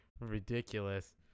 Ridiculous